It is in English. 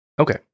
Okay